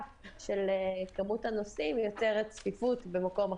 של כמות הנוסעים יוצרת צפיפות במקום אחר.